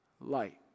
light